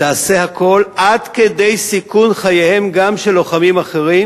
תעשה הכול, עד כדי סיכון חיים גם של לוחמים אחרים,